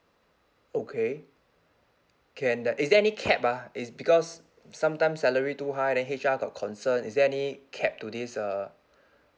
okay can there is there any cap ah is because sometimes salary too high then H_R got concern is there any cap to this uh